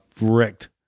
wrecked